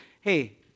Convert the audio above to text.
Hey